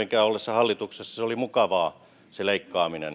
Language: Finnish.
hallituksessa se leikkaaminen oli mukavaa ei